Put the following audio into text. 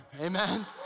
amen